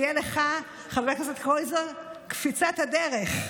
תהיה לך, חבר הכנסת קרויזר, קפיצת הדרך.